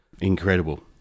incredible